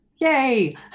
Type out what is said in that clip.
yay